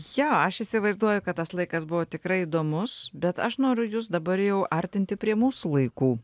jo aš įsivaizduoju kad tas laikas buvo tikrai įdomus bet aš noriu jus dabar jau artinti prie mūsų laikų